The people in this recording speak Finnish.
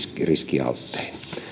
riskialttein